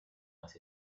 las